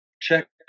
check